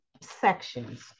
sections